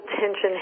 tension